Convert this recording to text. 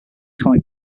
comic